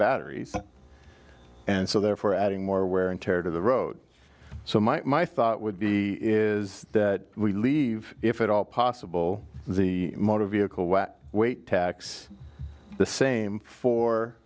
batteries and so therefore adding more wear and tear to the road so my thought would be is that we leave if at all possible the motor vehicle what weight tax the same for